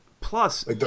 plus